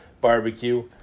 barbecue